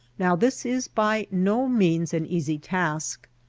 now this is by no means an easy task.